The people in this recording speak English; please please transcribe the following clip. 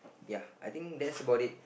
ya I think that's about it